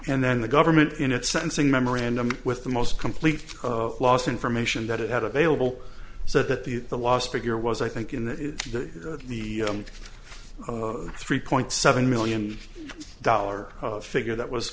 and then the government in its sentencing memorandum with the most complete loss information that it had available so that the last figure was i think in the the three point seven million dollar figure that was